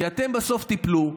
כי אתם בסוף תיפלו,